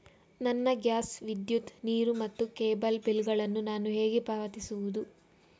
ನನ್ನ ಗ್ಯಾಸ್, ವಿದ್ಯುತ್, ನೀರು ಮತ್ತು ಕೇಬಲ್ ಬಿಲ್ ಗಳನ್ನು ನಾನು ಹೇಗೆ ಪಾವತಿಸುವುದು?